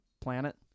planet